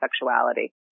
sexuality